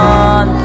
on